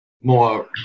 more